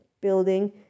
building